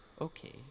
Okay